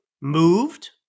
moved